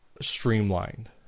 streamlined